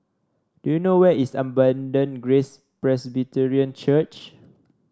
do you know where is Abundant Grace Presbyterian Church